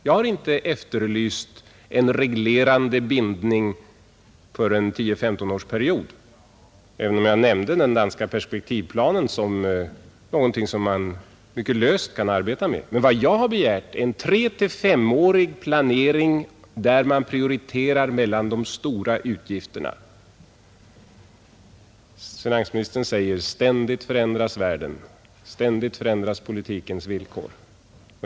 Jag har inte efterlyst en reglerande bindning för en 10—1S5-årsperiod, även om jag nämnde den danska perspektivplanen som någonting som man mycket löst kan arbeta med. Men vad jag har begärt är en 3—5-årig planering där man prioriterar mellan de stora utgifterna. Finansministern säger: Ständigt förändras världen, ständigt förändras politikens villkor.